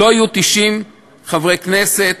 לא יהיו 90 חברי כנסת,